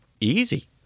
easy